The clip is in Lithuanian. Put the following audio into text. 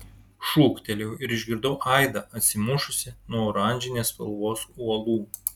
šūktelėjau ir išgirdau aidą atsimušusį nuo oranžinės spalvos uolų